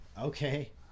Okay